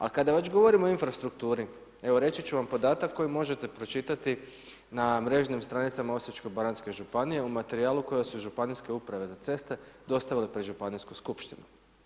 A kada već govorimo o infrastrukturi, evo reći ću vam podatak koji možete pročitati na mrežnim stranicama Osječko-baranjske županije u materijalu koji su Županijske uprave za ceste (ŽUC) dostavile pred Županijsku skupštinu.